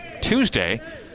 Tuesday